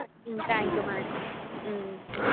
thank you madam